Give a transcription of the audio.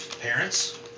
parents